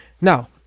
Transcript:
Now